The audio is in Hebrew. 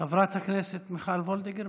חברת הכנסת מיכל וולדיגר,